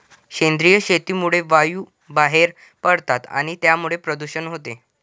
सेंद्रिय शेतीमुळे वायू बाहेर पडतात आणि त्यामुळेच प्रदूषण होते